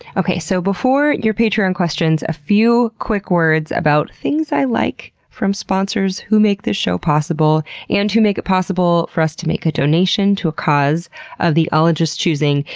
so before your patreon questions, a few quick words about things i like from sponsors who make the show possible and who make it possible for us to make a donation to a cause of the ologists's choosing.